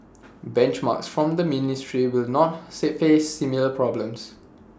benchmarks from the ministry will not face similar problems